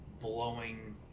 blowing